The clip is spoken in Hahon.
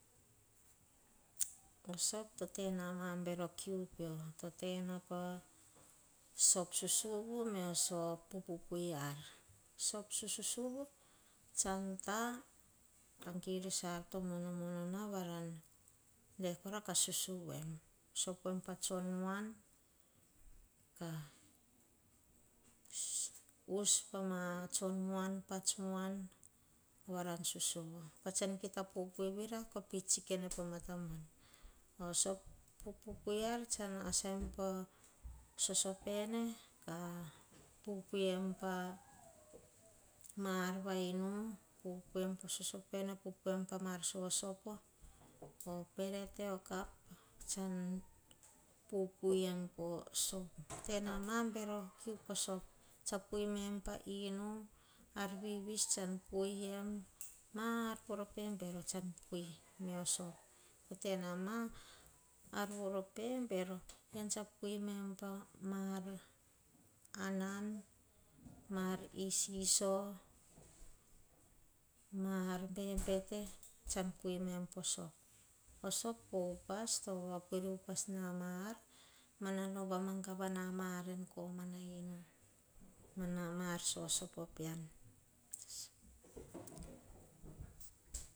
O soap to tena ah mabero kiu pe-o. Tena po soap susuvu monoi te puipui ar. O sususuvu sahan ta giris ar to momona, varan de kora kah susuvu eim. Soapoem pa tsion muan. Kat vas pa ma tsion muan. Pats muan varan susuve pa saha kita pupui vira oh ia sah pitsikene pean, soap pupui eim pa maar va inu, pupui pa inu, ar visvis sahan pui eim. Maar voro pebero sahan pupui eim. Tena maar noro pebero saha pui eim. Pui meem pa mar nan maar isiso maar bebeto sahan pui meem poh soap. Soap vo upas to vamagavana maar en komana inu. Mana maar sosopo peara.